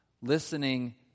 listening